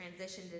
transitioned